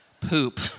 Poop